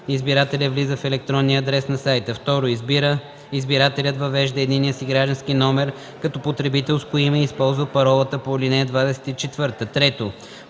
избирателят влиза в електронния адрес на сайта; 2. избирателят въвежда единния си граждански номер като потребителско име и използва паролата по ал. 24; 3.